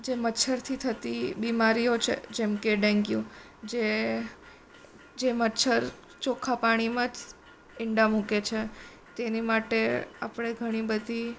જે મચ્છરથી થતી બીમારીઓ છે જેમ કે ડેન્ગ્યુ જે જે મચ્છર ચોખ્ખા પાણીમાં ઈંડા મૂકે છે તેની માટે આપણે ઘણી બધી